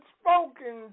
spoken